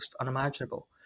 unimaginable